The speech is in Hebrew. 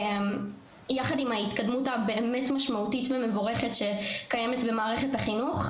יחד עם ההתקדמות הבאמת משמעותית ומבורכת שקיימת במערכת החינוך,